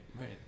Right